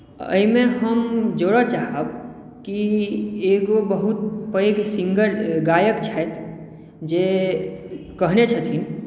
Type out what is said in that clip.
एहिमे हम जोड़य चाहब कि एगो बहुत पैघ सिङ्गर गायक छथि जे कहने छथिन